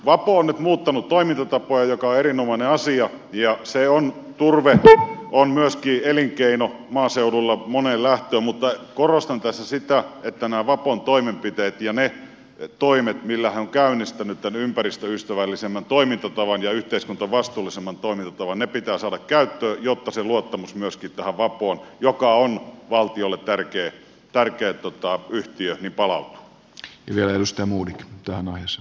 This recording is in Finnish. vapo on nyt muuttanut toimintatapojaan mikä on erinomainen asia ja turve on myöskin elinkeino maaseudulla moneen lähtöön mutta korostan tässä sitä että nämä vapon toimenpiteet ja ne toimet millä he ovat käynnistäneet tämän ympäristöystävällisemmän toimintatavan ja yhteiskuntavastuullisemman toimintatavan pitää saada käyttöön jotta se luottamus myöskin tähän vapoon joka on valtiolle tärkeä yhtiö palautuu